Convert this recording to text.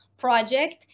project